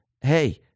hey